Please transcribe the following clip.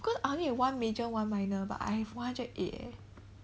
cause I only have one major one minor but I have one hundred and eight eh